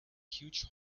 huge